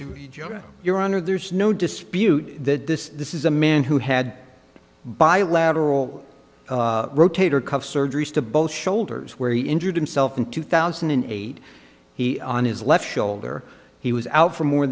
that your honor there's no dispute that this is a man who had bilateral rotator cuff surgeries to both shoulders where he injured himself in two thousand and eight he on his left shoulder he was out for more